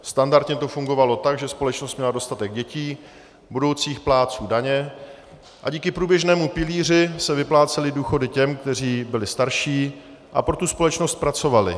Standardně to fungovalo tak, že společnost měla dostatek dětí, budoucích plátců daně, a díky průběžnému pilíři se vyplácely důchody těm, kteří byli starší a pro tu společnost pracovali.